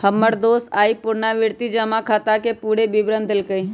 हमर दोस आइ पुरनावृति जमा खताके पूरे विवरण देलक